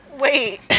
Wait